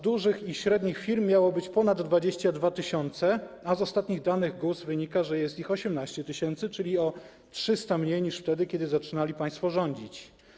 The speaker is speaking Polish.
Dużych i średnich firm miało być ponad 22 tys., a z ostatnich danych GUS wynika, że jest ich 18 tys., czyli o 300 mniej niż wtedy, kiedy zaczynali państwo rządzić.